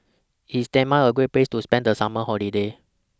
IS Denmark A Great Place to spend The Summer Holiday